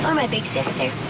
um my big sister.